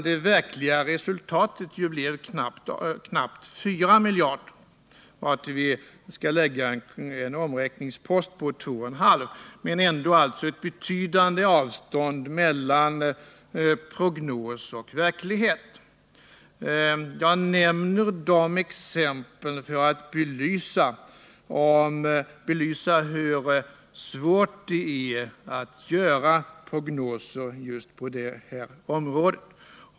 Det verkliga resultatet blev ju ett underskott på knappt 4 miljarder, vartill vi skall lägga en omräkningspost på 2,5 miljarder. Det var alltså ändå ett betydande avstånd mellan prognos och verklighet. Jag nämner dessa exempel för att belysa hur svårt det är att göra prognoser på detta område.